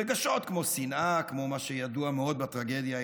רגשות כמו שנאה, כמו